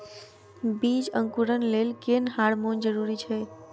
बीज अंकुरण लेल केँ हार्मोन जरूरी छै?